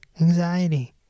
anxiety